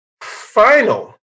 final